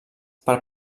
per